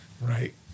Right